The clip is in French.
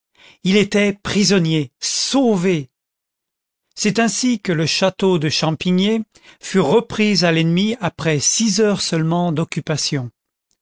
il était prisonnier sauvé c'est ainsi que le château de champignet fut repris à l'ennemi après six heures seulement d'occupation